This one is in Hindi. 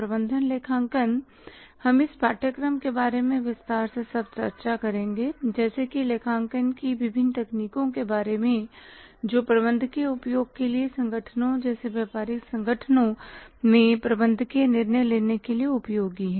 प्रबंधन लेखांकन हम इस पाठ्यक्रम के बारे में विस्तार से सब चर्चा करेंगे जैसे कि लेखांकन की विभिन्न तकनीकों के बारे में जो प्रबंधकीय उपयोग के लिए संगठनों जैसे व्यापारिक संगठनों में प्रबंधकीय निर्णय लेने के लिए उपयोगी हैं